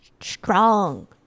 strong